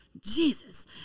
Jesus